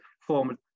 formed